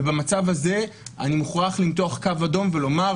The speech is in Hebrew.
ובמצב הזה אני מוכרח למתוח קו אדום ולומר,